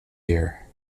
here